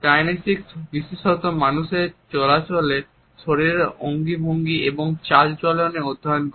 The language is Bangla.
কাইনিকস বিশেষত মানুষের চলাচলে শরীরের অঙ্গভঙ্গি এবং চালচলন অধ্যয়ন করে